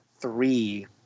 three